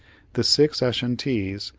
the six ashantees,